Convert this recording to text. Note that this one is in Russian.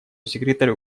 секретарю